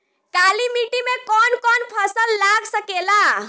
काली मिट्टी मे कौन कौन फसल लाग सकेला?